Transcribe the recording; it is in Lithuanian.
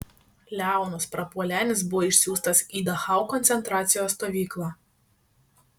leonas prapuolenis buvo išsiųstas į dachau koncentracijos stovyklą